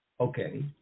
Okay